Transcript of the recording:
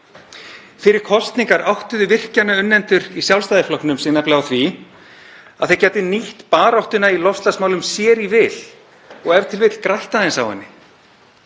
Fyrir kosningar áttuðu virkjunarunnendur í Sjálfstæðisflokknum sig nefnilega á því að þeir gætu nýtt baráttuna í loftslagsmálum sér í vil og e.t.v. grætt aðeins á henni.